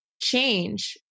change